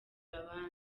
abandi